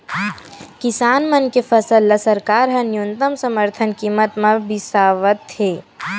किसान मन के फसल ल सरकार ह न्यूनतम समरथन कीमत म बिसावत हे